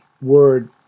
word